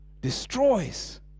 destroys